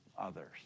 others